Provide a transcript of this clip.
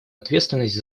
ответственность